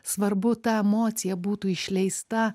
svarbu ta emocija būtų išleista